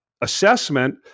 assessment